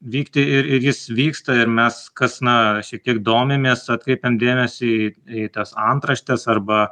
vykti ir ir jis vyksta ir mes kas na kiek domimės atkreipiam dėmesį į į tas antraštes arba